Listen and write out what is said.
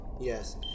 Yes